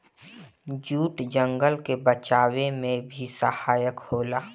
jute जंगल के बचावे में भी सहायक होला